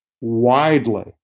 widely